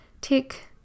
tick